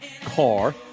car